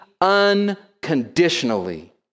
unconditionally